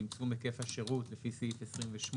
צמצום היקף השירות לפי סעיף 28,